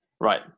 Right